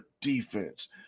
defense